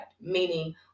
meaning